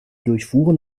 durchfuhren